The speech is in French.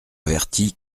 averti